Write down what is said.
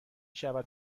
شود